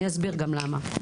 אני אסביר למה.